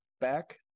back